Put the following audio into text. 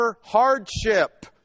hardship